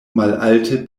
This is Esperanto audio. malalte